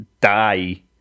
die